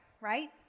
right